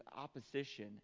opposition